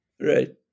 Right